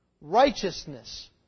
Righteousness